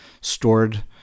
stored